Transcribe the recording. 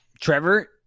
Trevor